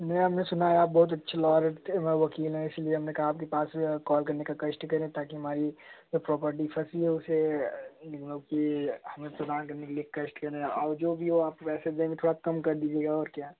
नहीं हमने सुना है आप बहुत अच्छी लॉयर रखते वकील है इसलिए हमने कहा आपके पास कॉल करने का कष्ट करें ताकि हमारी जो प्रॉपर्टी फँसी है उसे मतलब की हमने प्रदान करने के लिए कष्ट करें और जो भी हो आप पैसा देंगे थोड़ा काम कर दीजिएगा और क्या